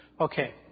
Okay